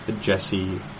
Jesse